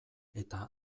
eta